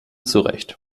zurecht